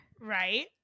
Right